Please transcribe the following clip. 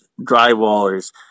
drywallers